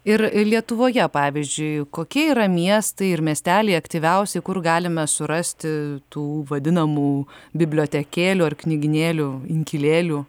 ir lietuvoje pavyzdžiui kokie yra miestai ir miesteliai aktyviausi kur galime surasti tų vadinamų bibliotekėlių ar knygynėlių inkilėlių